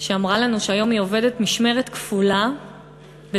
שאמרה לנו שהיום היא עובדת משמרת כפולה בזנות